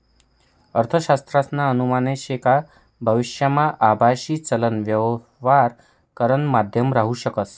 अर्थशास्त्रज्ञसना अनुमान शे का भविष्यमा आभासी चलन यवहार करानं माध्यम राहू शकस